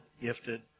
gifted